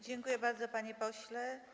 Dziękuję bardzo, panie pośle.